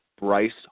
Bryce